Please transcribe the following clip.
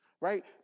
right